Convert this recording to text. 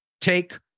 take